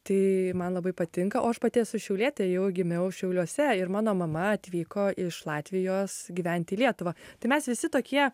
tai man labai patinka o aš pati esu šiaulietė jau gimiau šiauliuose ir mano mama atvyko iš latvijos gyventi į lietuvą tai mes visi tokie